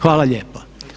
Hvala lijepa.